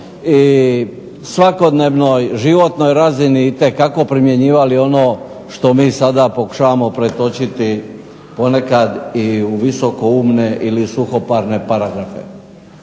i svakodnevnoj životnoj razini itekako primjenjivali ono što mi sada pokušavamo pretočiti ponekad i u visokoumne ili suhoparne paragrafe.